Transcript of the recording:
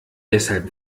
deshalb